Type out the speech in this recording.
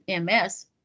MS